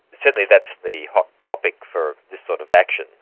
certainly that's the hot topic for this sort of action.